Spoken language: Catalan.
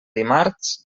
dimarts